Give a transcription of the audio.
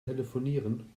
telefonieren